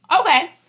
Okay